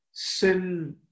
sin